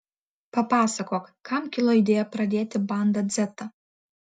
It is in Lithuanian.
papasakok kam kilo idėja pradėti banda dzetą